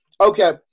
okay